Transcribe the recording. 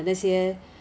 Four Fingers is fried